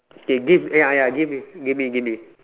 okay give ya ya give me give me give me